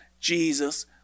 Jesus